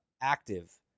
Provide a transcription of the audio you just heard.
active